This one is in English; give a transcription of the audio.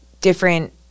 different